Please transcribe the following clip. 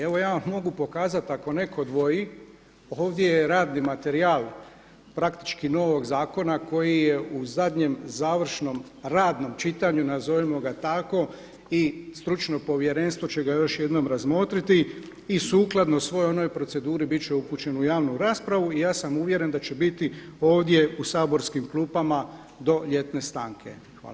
Evo ja vam mogu pokazati ako neko dvoji, ovdje je radni materijal praktički novog zakona koji je u zadnjem završnom radnom čitanju, nazovimo ga tako i stručno povjerenstvo će ga još jednom razmotriti i sukladno svoj onoj proceduri bit će upućen u javnu raspravu i ja sam uvjeren da će biti ovdje u saborskim klupama do ljetne stanke.